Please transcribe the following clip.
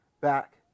back